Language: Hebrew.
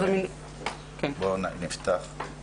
בוא נפתח.